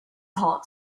heart